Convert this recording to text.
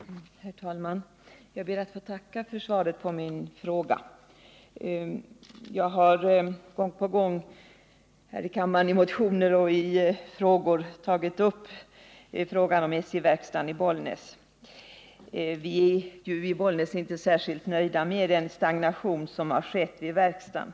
Herr talman! Jag ber att få tacka för svaret på min fråga. Jag har gång på gång, i motioner och i frågor, här i kammaren tagit upp frågan om SJ:s verkstad i Bollnäs. I Bollnäs är vi nämligen inte särskilt nöjda med den stagnation som har skett vid verkstaden.